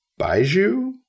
Baiju